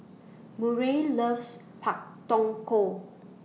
Murray loves Pak Thong Ko